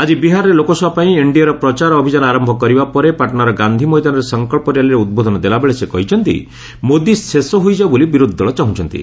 ଆଜି ବିହାରରେ ଲୋକସଭାପାଇଁ ଏନ୍ଡିଏର ପ୍ରଚାର ଅଭିଯାନ ଆରମ୍ଭ କରିବା ପରେ ପାଟନାର ଗାନ୍ଧି ମଇଦାନରେ ସଙ୍କଳ୍ପ ର୍ୟାଲିରେ ଉଦ୍ବୋଧନ ଦେଲାବେଳେ ସେ କହିଛନ୍ତି ମୋଦି ଶେଷ ହୋଇଯାଉ ବୋଲି ବିରୋଧୀ ଦଳ ଚାହୁଁଛି